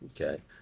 Okay